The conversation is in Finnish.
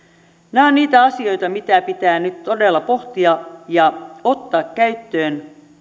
nämä ovat niitä asioita mitä pitää nyt todella pohtia ja ottaa käyttöön